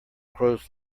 crows